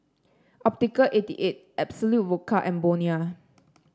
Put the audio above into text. Optical Eighty Eight Absolut Vodka and Bonia